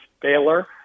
Baylor